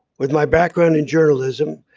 with my background in journalism,